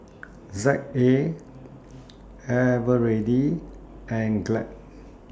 Z A Eveready and Glad